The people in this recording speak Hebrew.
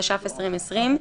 התש"ף 2020,